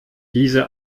diese